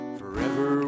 forever